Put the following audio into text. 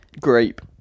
Grape